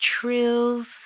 Trills